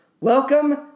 Welcome